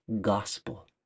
gospel